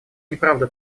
неправда